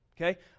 Okay